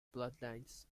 bloodlines